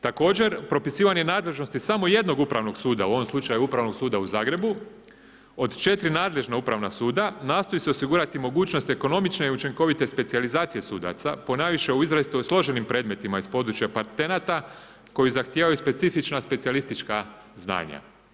Također, propisivanje nadležnosti samo jednog upravnog suda, u ovom slučaju Upravnog suda u Zagrebu, od 4 nadležna upravna suda, nastoji se osigurati mogućnost ekonomične i učinkovite specijalizacije sudaca, ponajviše u izrazito složenim predmetima iz područja patenata koji zahtijevaju specifična specijalistička znanja.